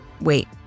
Wait